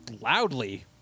loudly